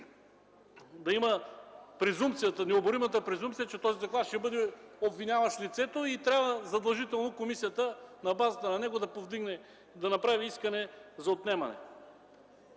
и да има необоримата презумпция, че този доклад ще бъде обвиняващ лицето и трябва задължително комисията на базата на него да направи искане за отнемане.